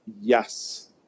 yes